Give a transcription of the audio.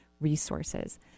resources